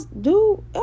dude